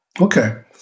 Okay